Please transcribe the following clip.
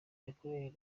yakoreye